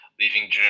leaving